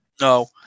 No